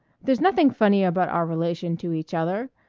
there's nothing funny about our relation to each other.